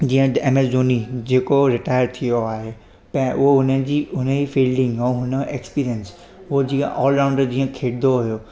जीअं M S Dhoni जेको retire थी वियो आहे पैं ओ हुननि जी हुन जी फिल्डिंग ऐं हुनजो एक्सपीरियंस उहो जीअं ऑल राउंडर जीअं खेॾंदो हुओ